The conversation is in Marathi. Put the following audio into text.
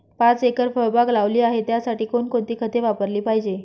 पाच एकर फळबाग लावली आहे, त्यासाठी कोणकोणती खते वापरली पाहिजे?